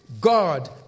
God